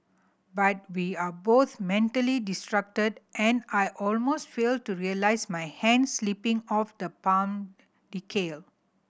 but we are both mentally distracted and I almost fail to realise my hand slipping off the palm decal